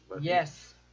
Yes